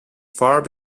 far